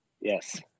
Yes